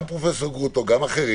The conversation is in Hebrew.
נציגים שלכם, גם פרופ' גרוטו וגם אחרים.